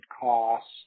costs